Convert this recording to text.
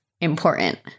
important